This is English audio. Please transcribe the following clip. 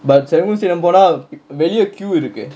but serangoon stadium போனா வெளிய:ponaa veliya queue இருக்கு:irukku